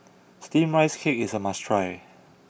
Steamed Rice Cake is a must try